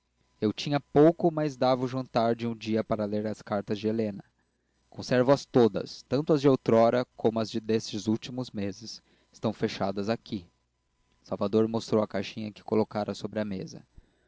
eu tinha pouco mas dava o jantar de um dia para ler cartas de helena conservoas todas tanto as de outrora como as destes últimos meses estão fechadas aqui salvador mostrou a caixinha que colocara sobre a mesa